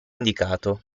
indicato